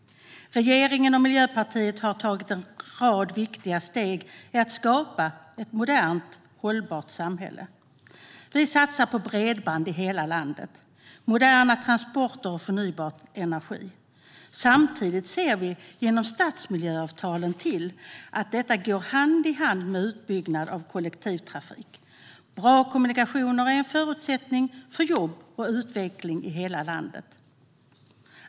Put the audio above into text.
Regeringen och Miljöpartiet har tagit en rad viktiga steg i att skapa ett modernt hållbart samhälle. Vi satsar på bredband i hela landet, moderna transporter och förnybar energi. Samtidigt ser vi genom stadsmiljöavtalen till att detta går hand i hand med utbyggnad av kollektivtrafik. Bra kommunikationer är en förutsättning för jobb och utveckling i hela landet.